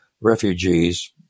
refugees